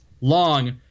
long –